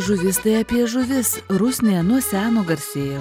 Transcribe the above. žuvis tai apie žuvis rusnėje nuo seno garsėja